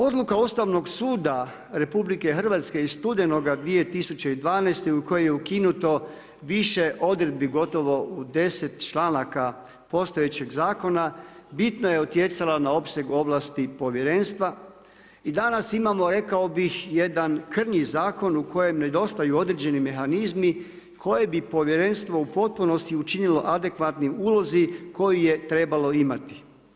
Odluka Ustavnog suda RH iz studenoga 2012. u kojoj je ukinuto više odredbi gotovo u 10 članaka postojećeg zakona bitno je utjecala na opseg ovlasti povjerenstva i danas imamo rekao bih jedan krnji zakon u kojem nedostaju određeni mehanizmi koje bi povjerenstvo u potpunosti učinilo adekvatnim ulozi koju je trebalo imati.